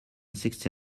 sixty